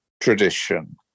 tradition